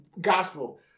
gospel